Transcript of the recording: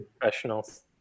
professionals